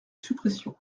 suppression